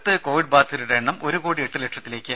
രുര ലോകത്ത് കോവിഡ് ബാധിതരുടെ എണ്ണം ഒരു കോടി എട്ട് ലക്ഷത്തിലേക്ക്